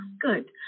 good